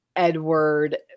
Edward